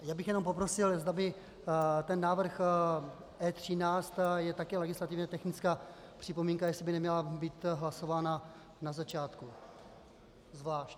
Já bych jenom poprosil, zda by ten návrh E13 je to také legislativně technická připomínka, jestli by neměla být hlasována na začátku zvlášť.